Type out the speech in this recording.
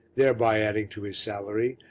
thereby adding to his salary,